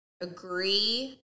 agree